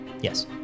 Yes